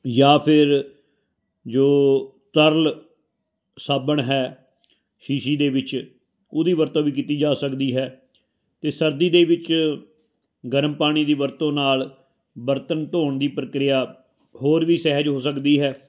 ਜਾਂ ਫਿਰ ਜੋ ਤਰਲ ਸਾਬਣ ਹੈ ਸ਼ੀਸ਼ੀ ਦੇ ਵਿੱਚ ਉਹਦੀ ਵਰਤੋਂ ਵੀ ਕੀਤੀ ਜਾ ਸਕਦੀ ਹੈ ਅਤੇ ਸਰਦੀ ਦੇ ਵਿੱਚ ਗਰਮ ਪਾਣੀ ਦੀ ਵਰਤੋਂ ਨਾਲ ਬਰਤਨ ਧੋਣ ਦੀ ਪ੍ਰਕਿਰਿਆ ਹੋਰ ਵੀ ਸਹਿਜ ਹੋ ਸਕਦੀ ਹੈ